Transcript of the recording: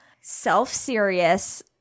self-serious